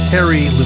Harry